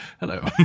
Hello